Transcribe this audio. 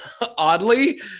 oddly